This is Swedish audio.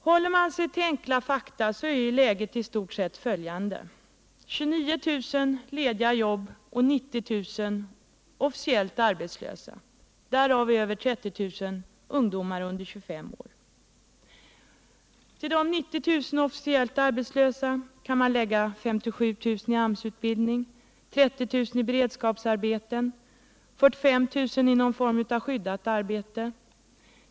Håller man sig till enkla fakta är läget i stort sett följande: 29 000 lediga jobb och 90 000 officiellt arbetslösa, varav över 30 000 ungdomar under 25 år. Till de 90 000 officiellt arbetslösa kan man lägga 75 000 i AMS-utbildning, 30 000 i beredskapsarbeten och 45 000 i någon form av skyddat arbete.